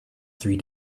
three